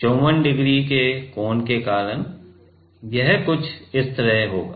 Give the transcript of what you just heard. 54 degree के कोण के कारण यह कुछ इस तरह होगा